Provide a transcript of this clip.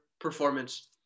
performance